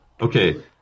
Okay